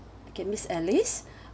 okay miss alice